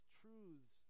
truths